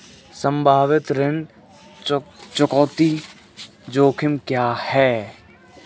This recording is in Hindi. संभावित ऋण चुकौती जोखिम क्या हैं?